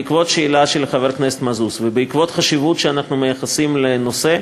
בעקבות השאלה של חבר הכנסת מזוז ועקב החשיבות שאנחנו מייחסים לנושא,